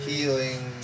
Healing